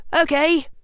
okay